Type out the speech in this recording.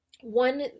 One